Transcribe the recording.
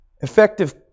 Effective